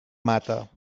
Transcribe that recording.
mata